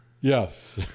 Yes